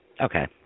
Okay